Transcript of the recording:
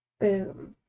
Boom